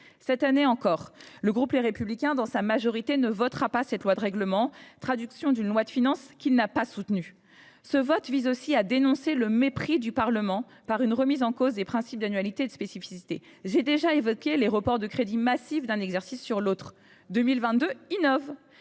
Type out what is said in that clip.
Cette année encore, le groupe Les Républicains, dans sa majorité, ne votera pas le projet de loi de règlement, traduction d’une loi de finances qu’il n’a pas soutenue. Ce vote vise aussi à dénoncer le mépris avec lequel est traité le Parlement du fait de la remise en cause des principes d’annualité et de spécificité. J’ai déjà évoqué les reports de crédits massifs d’un exercice sur l’autre. Le projet